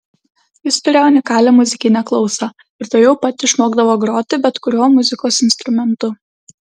jis turėjo unikalią muzikinę klausą ir tuojau pat išmokdavo groti bet kuriuo muzikos instrumentu